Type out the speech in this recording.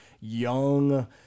young